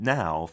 Now